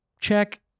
check